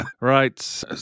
Right